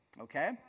okay